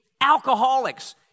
alcoholics